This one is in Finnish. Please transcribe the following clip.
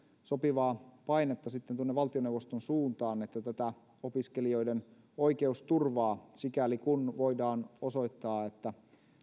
sopivaa painetta sitten tuonne valtioneuvoston suuntaan että mietitään miten tätä opiskelijoiden oikeusturvaa sikäli kuin voidaan osoittaa että